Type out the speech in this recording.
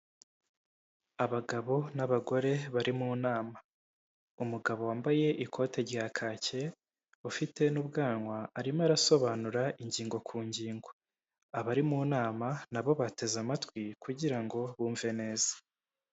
Abagabo n'abagore bari mu nama, umugabo wambaye ikote rya kake, ufite n'ubwanwa arimo arasobanura ingingo ku ngingo, abari mu nama na bo bateze amatwi kugira ngo bumve neza.